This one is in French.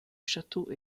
château